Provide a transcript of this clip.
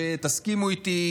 שתסכימו איתי,